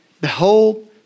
Behold